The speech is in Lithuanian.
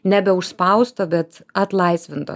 nebeužspausto bet atlaisvinto